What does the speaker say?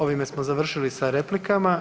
Ovime smo završili sa replikama.